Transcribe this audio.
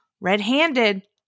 red-handed